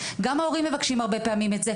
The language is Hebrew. גם ההורים מבקשים הרבה פעמים את זה,